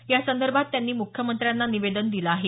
यासंदर्भात त्यांनी मुख्यमंत्र्यांना निवेदन दिलं आहे